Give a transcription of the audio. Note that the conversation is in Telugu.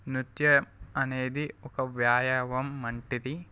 నృత్యం అనేది ఒక వ్యాయామం వంటిది